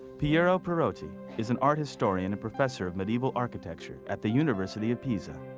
piero pierotti, is an art historian and professor of medieval architecture at the university of pisa.